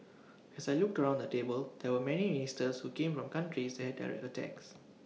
as I looked around the table there were many ministers who came from countries that direct attacks